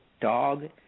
dog